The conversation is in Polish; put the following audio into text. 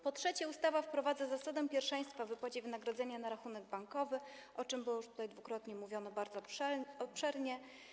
Po trzecie, ustawa wprowadza zasadę pierwszeństwa wypłaty wynagrodzenia na rachunek bankowy, o czym już tutaj dwukrotnie mówiono bardzo obszernie.